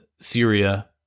Syria